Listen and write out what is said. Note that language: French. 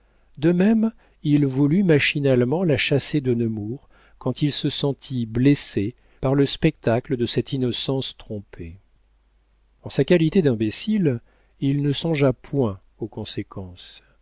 de même il voulut machinalement la chasser de nemours quand il se sentit blessé par le spectacle de cette innocence trompée en sa qualité d'imbécile il ne songea point aux conséquences